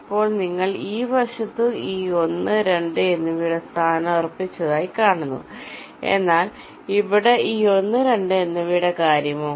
ഇപ്പോൾ നിങ്ങൾ ഈ വശത്ത് ഈ 1 2 എന്നിവയുടെ സ്ഥാനം ഉറപ്പിച്ചതായി കാണുന്നു എന്നാൽ ഇവിടെ ഈ 1 2 എന്നിവയുടെ കാര്യമോ